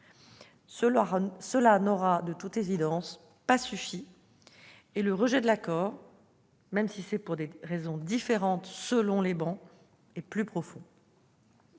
Cela n'aura de toute évidence pas suffi, et le rejet de l'accord, même s'il tient à des raisons différentes selon les bancs, est plus profond.